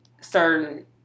certain